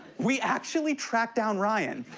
we actually tracked down ryan.